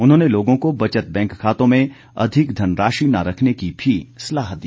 उन्होंने लोगों को बचत बैंक खातों में अधिक धनराशि न रखने की भी सलाह दी